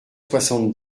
soixante